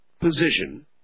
position